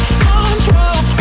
control